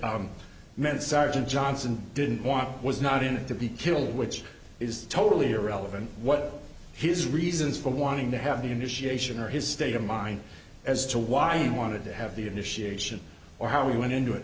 t meant sergeant johnson didn't want was not in it to be killed which is totally irrelevant what his reasons for wanting to have the initiation or his state of mind as to why he wanted to have the initiation or how he went into